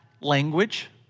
language